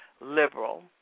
liberal